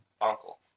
Uncle